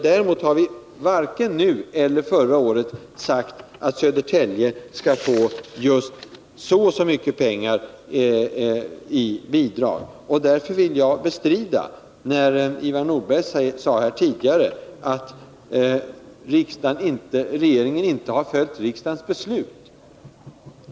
Däremot har vi varken nu eller förra året sagt att Södertälje skall få något visst belopp i bidrag. Därför vill jag bestrida det som Ivar Nordberg sade här tidigare, att regeringen inte har följt riksdagens beslut.